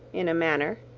in a manner,